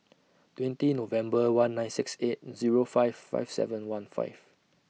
twenty November one nine six eight Zero five five seven one five